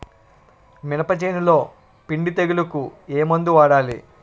మినప చేనులో పిండి తెగులుకు ఏమందు వాడాలి?